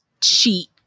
Cheat